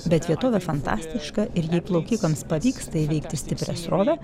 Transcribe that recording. bet vietovė fantastiška ir jei plaukikams pavyks tai įveikti stiprią srovę